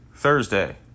Thursday